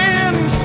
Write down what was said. end